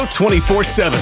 24-7